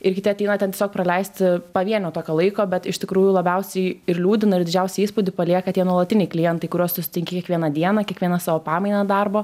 ir kiti ateina tiesiog praleisti pavienio tokio laiko bet iš tikrųjų labiausiai ir liūdina ir didžiausią įspūdį palieka tie nuolatiniai klientai kuriuos tu sutinki kiekvieną dieną kiekvienas savo pamainą darbo